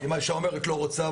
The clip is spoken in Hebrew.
אם האישה אומרת שהיא לא רוצה,